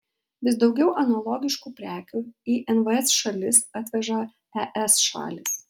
vis daugiau analogiškų prekių į nvs šalis atveža es šalys